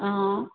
অঁ